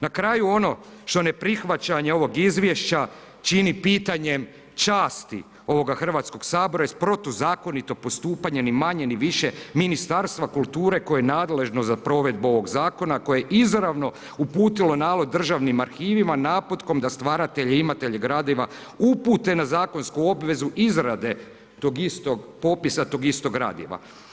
Na kraju ono što ne prihvaćanje ovog izvješća čini pitanjem časti ovoga Hrvatskog sabora jest protuzakonito protuzakonito postupanje ni manje ni više Ministarstva kulture koje je nadležno za provedbu ovog Zakona koje izravno uputilo nalog državnim arhivima naputkom da stvaratelje i imatelje gradiva upute na zakonsku obvezu izrade tog istog popisa tog istog gradiva.